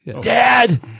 dad